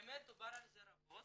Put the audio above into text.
האמת שדובר על כך רבות,